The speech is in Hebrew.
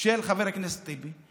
של חבר הכנסת טיבי,